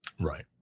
right